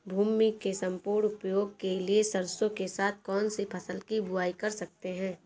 भूमि के सम्पूर्ण उपयोग के लिए सरसो के साथ कौन सी फसल की बुआई कर सकते हैं?